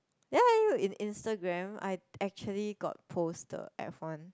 ya are you in Instagram I actually got post the F one